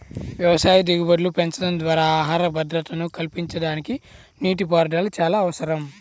వ్యవసాయ దిగుబడులు పెంచడం ద్వారా ఆహార భద్రతను కల్పించడానికి నీటిపారుదల చాలా అవసరం